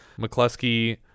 McCluskey